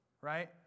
right